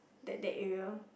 that that area